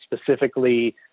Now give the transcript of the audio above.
specifically